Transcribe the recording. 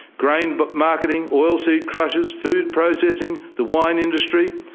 grain but marketing, oilseed crushers, food processing the wine industry,